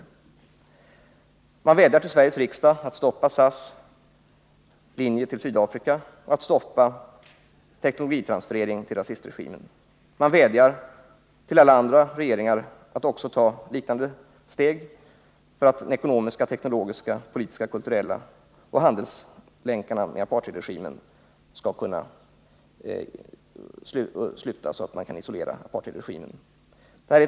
Vidare vädjar man till Sveriges riksdag att stoppa SAS linjer på Sydafrika och att stoppa teknologitransferering till rasistregimen. Man vädjar till alla andra regeringar att ta liknande steg för att de ekonomiska, teknologiska, politiska, kulturella och handels politiska länkarna med apartheidregimen skall brytas och för att apartheidregimen skall isoleras.